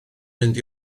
mynd